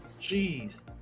Jeez